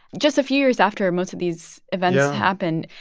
just a few years after most of these events. yeah. happened,